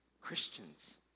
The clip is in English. Christians